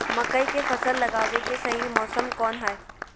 मकई के फसल लगावे के सही मौसम कौन हाय?